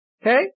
Okay